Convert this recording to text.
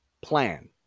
plan